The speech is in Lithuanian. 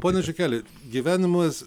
pone žiukeli gyvenimas